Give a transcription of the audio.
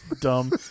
dumb